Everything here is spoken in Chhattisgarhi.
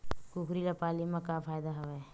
कुकरी ल पाले म का फ़ायदा हवय?